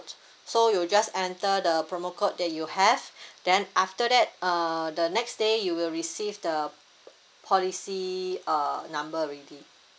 so you just enter the promo code that you have then after that uh the next day you will receive the policy uh number already